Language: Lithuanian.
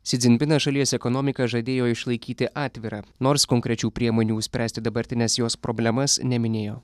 si dzinpinas šalies ekonomiką žadėjo išlaikyti atvirą nors konkrečių priemonių spręsti dabartines jos problemas neminėjo